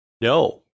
no